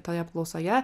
toje apklausoje